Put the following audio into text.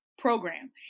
program